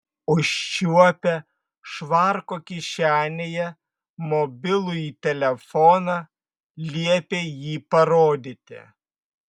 užčiuopę švarko kišenėje mobilųjį telefoną liepė jį parodyti